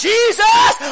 Jesus